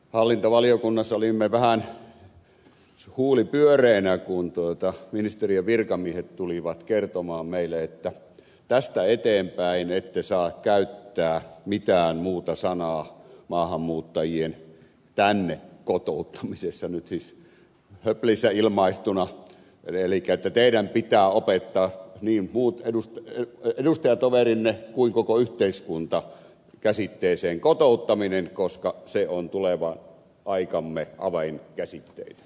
hallintovaliokunnassa olimme vähän huuli pyöreänä kun ministeriön virkamiehet tulivat kertomaan meille että tästä eteenpäin ette saa käyttää mitään muuta sanaa maahanmuuttajien tänne kotouttamisesta elikkä että teidän pitää opettaa niin muut edustajatoverinne kuin koko yhteiskunta käsitteeseen kotouttaminen koska se on tulevan aikamme avainkäsitteitä